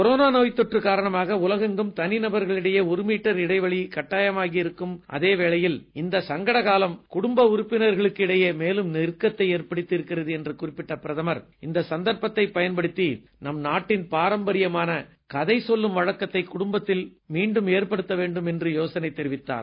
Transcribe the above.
corona தனிநபர்களுக்கிடையே ஒரு metre இடைவெளி கட்டாயமாகி இருக்கும் அதே வேளையில் இந்தச் சங்கடகாலம் குடும்ப உறுப்பினர்களுக்கு இடையே மேலும் நெருக்கத்தை ஏற்படுத்தியிருக்கிறது என்று குறிப்பிட்ட பிரதமர் இந்த சந்தர்ப்பத்தை பயன்படுத்தி நம் நாட்டின் பாரம்பரியமான கதை சொல்லும் வழக்கத்தை குடும்பத்தில் மீண்டும் ஏற்படுத்த வேண்டும் என்று யோசனை தெரிவித்தார்